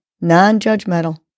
non-judgmental